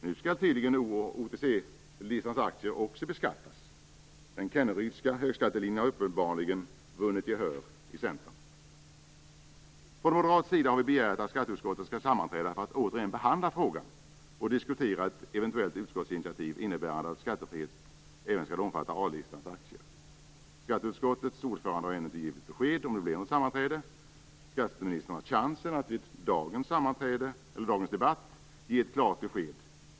Nu skall tydligen O och OTC listans aktier också beskattas. Den Kennerydska högskattelinjen har uppenbarligen vunnit gehör i Från moderat sida har vi begärt att skatteutskottet skall sammanträda för att återigen behandla frågan och diskutera ett eventuellt utskottsinitiativ innebärande att skattefrihet även skall omfatta A-listans aktier. Skatteutskottets ordförande har ännu inte givit besked om det blir något sammanträde. Skatteministern har chansen att vid dagens debatt ge ett klart besked.